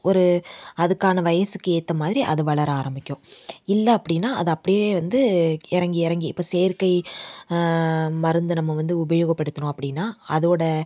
ஒரு அதுக்கான வயதுக்கு ஏற்ற மாதிரி அது வளர ஆரம்மிக்கும் இல்லை அப்படினா அது அப்படியே வந்து இறங்கி இறங்கி இப்போ செயற்கை மருந்தை நம்ம வந்து உபயோகப்படுத்தினோம் அப்படினா அதோட